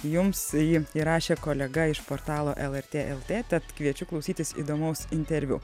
jums jį įrašė kolega iš portalo lrt lt tad kviečiu klausytis įdomaus interviu